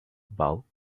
bulk